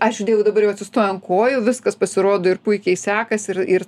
ačiū dievui dabar jau atsistojo ant kojų viskas pasirodo ir puikiai sekasi ir ir